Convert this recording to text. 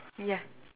yeah